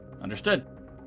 Understood